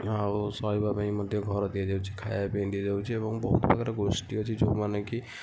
ଆଉ ଶୋଇବା ପାଇଁ ମଧ୍ୟ ଘର ଦିଆଯାଉଛି ଖାଇବା ପାଇଁ ଦିଆଯାଉଛି ଏବଂ ବହୁତ ପ୍ରକାର ଗୋଷ୍ଠୀ ଅଛି ଯେଉଁମାନେ କି